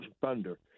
Thunder